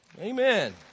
Amen